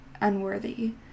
unworthy